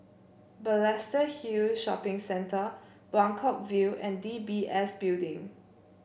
Balestier Hill Shopping Centre Buangkok View and D B S Building